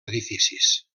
edificis